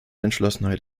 entschlossenheit